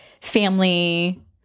family